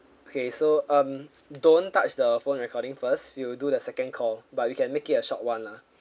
okay so um don't touch the phone recording first we will do the second call but we can make it a short one lah